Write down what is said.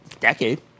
decade